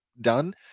done